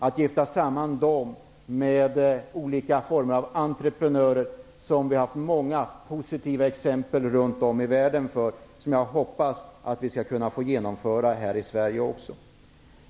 Att gifta samman dem med olika former av entreprenörer har det funnits många positiva exempel på runt om i världen. Jag hoppas att vi skall kunna genomföra det även här i Sverige.